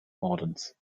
ordens